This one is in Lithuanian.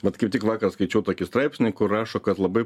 vat kaip tik vakar skaičiau tokį straipsnį kur rašo kad labai